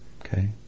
Okay